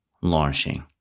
launching